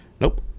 nope